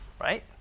right